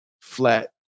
flat